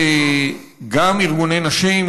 וגם ארגוני נשים,